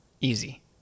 Easy